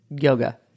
Yoga